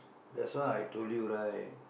that's why I told you right